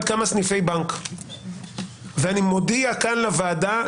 כמה סניפי בנק ואני מודיע כאן לוועדה,